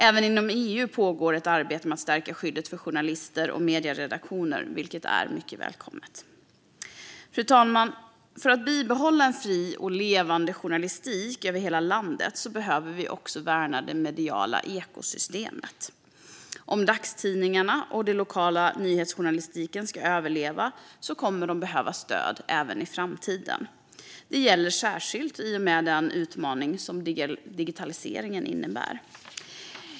Även inom EU pågår ett arbete för att stärka skyddet för journalister och medieredaktioner, vilket är mycket välkommet. Fru talman! För att bibehålla en fri och levande journalistik över hela landet behöver vi också värna det mediala ekosystemet. Om dagstidningarna och den lokala nyhetsjournalistiken ska överleva kommer de att behöva stöd även i framtiden. Det gäller särskilt i och med den utmaning som digitaliseringen innebär.